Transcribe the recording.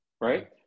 Right